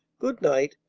good-night,